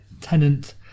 tenant